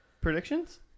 Predictions